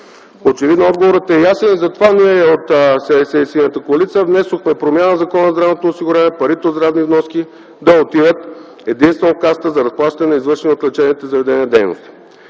Очевидно отговорът е ясен и затова ние от СДС и Синята коалиция внесохме промяна в Закона за здравното осигуряване – парите от здравни вноски да отиват единствено в Касата за разплащане за извършените от лечебните заведения дейности.